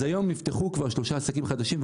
אז היום נפתחו כבר שלושה עסקים חדשים,